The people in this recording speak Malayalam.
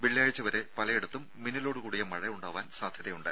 വെള്ളിയാഴ്ച്ച വരെ പലയിടത്തും മിന്നലോടുകൂടിയ മഴ ഉണ്ടാവാൻ സാധ്യതയുണ്ട്